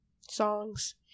songs